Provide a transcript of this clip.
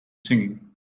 singing